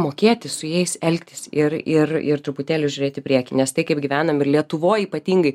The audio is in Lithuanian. mokėti su jais elgtis ir ir ir truputėlį žiūrėti į priekį nes tai kaip gyvenam ir lietuvoj ypatingai